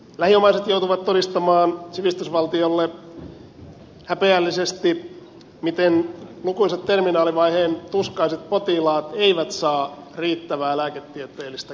lähiomaiset joutuvat todistamaan sivistysvaltiolle häpeällisesti miten lukuisat terminaalivaiheen tuskaiset potilaat eivät saa riittävää lääketieteellistä kipuapua